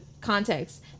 context